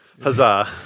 Huzzah